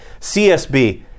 CSB